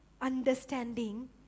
understanding